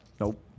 Nope